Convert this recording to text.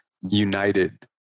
united